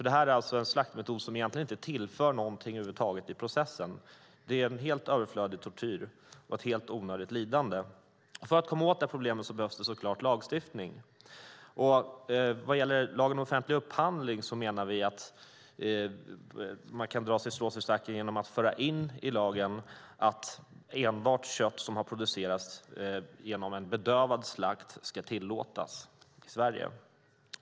Detta är alltså en slaktmetod som egentligen inte tillför någonting över huvud taget i processen. Det är en helt överflödig tortyr och ett helt onödigt lidande. För att komma åt detta problem behövs så klart lagstiftning. Vad gäller lagen om offentlig upphandling menar vi att man kan dra sitt strå till stacken genom att föra in i lagen att enbart kött som har producerats genom bedövad slakt ska tillåtas i Sverige.